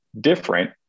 different